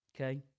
Okay